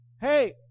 Hey